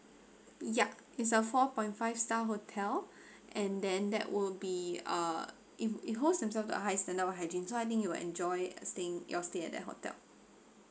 ya it's a four point five star hotel and then that will be uh it it holds themselves to a high standard of hygiene so I think you will enjoy staying your stay at that hotel